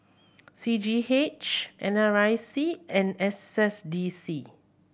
C G H N R I C and S S D C